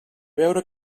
veure